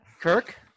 Kirk